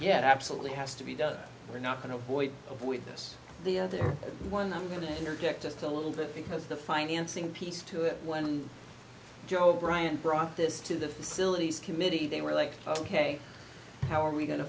yes absolutely has to be done we're not going to avoid it with this the other one i'm going to interject just a little bit because the financing piece to it when joe bryant brought this to the facilities committee they were like ok how are we going to